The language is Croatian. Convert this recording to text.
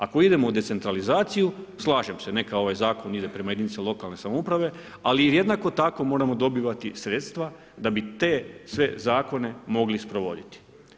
Ako idemo u decentralizaciju slažem se neka ovaj zakon ide prema jedinici lokalne samouprave, ali jednako tako moramo dobivati sredstva da bi te sve zakone mogli sprovoditi.